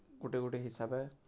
ଗୁଟେ ଗୁଟେ ହିସାବେ